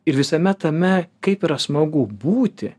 ir visame tame kaip yra smagu būti